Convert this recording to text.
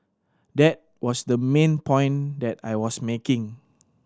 that was the main point that I was making